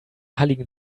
halligen